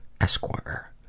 Esquire